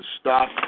stop